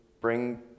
bring